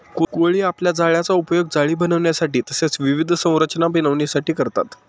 कोळी आपल्या जाळ्याचा उपयोग जाळी बनविण्यासाठी तसेच विविध संरचना बनविण्यासाठी करतात